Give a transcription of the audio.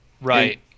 right